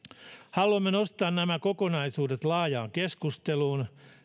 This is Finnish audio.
haluamme nostaa nämä kokonaisuudet laajaan keskusteluun